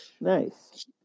Nice